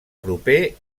proper